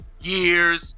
years